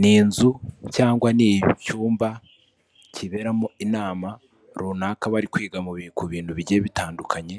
Ni inzu cyangwa ni icyumba kiberamo inama runaka, bari kwiga ku bintu bigiye bitandukanye,